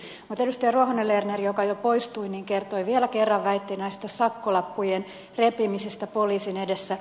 ruohonen lerner joka jo poistui kertoi vielä kerran väitteen näistä sakkolappujen repimisistä poliisin edessä